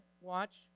watch